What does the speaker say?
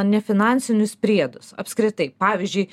nefinansinius priedus apskritai pavyzdžiui